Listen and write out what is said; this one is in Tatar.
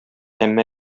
әмма